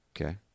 okay